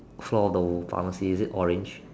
floor of the pharmacy is it orange